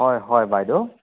হয় হয় বাইদ'